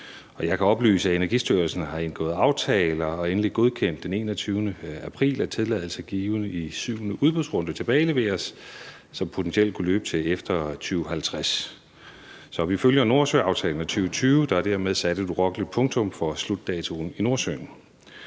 Jeg kan oplyse, at Energistyrelsen har indgået aftale om og endelig godkendt den 21. april, at tilladelse givet i syvende udbudsrunde, som potentielt kunne løbe til efter 2050, tilbageleveres. Så vi følger Nordsøaftalen fra 2020, og der er dermed sat et urokkeligt punktum for slutdatoen i Nordsøen.